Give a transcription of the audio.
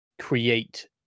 create